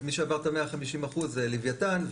מי שעבר את ה-150% זה לווייתן,